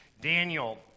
Daniel